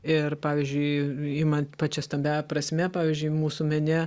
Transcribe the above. ir pavyzdžiui imant pačia stambiaja prasme pavyzdžiui mūsų mene